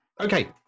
okay